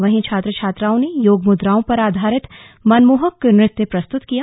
वहीं छात्र छात्राओं ने योग मुद्राओं पर अधारित मनमोहक नृत्य प्रस्तुत किया गया